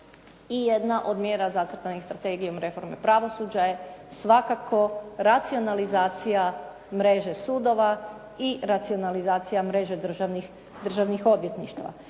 i jedna od mjera zacrtanih Strategijom reforme pravosuđa je svakako racionalizacija mreže sudova i racionalizacija mreže državnih odvjetništava,